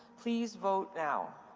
please vote now.